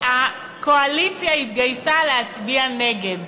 הקואליציה התגייסה להצביע נגד.